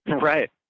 Right